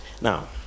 now